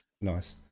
nice